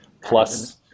plus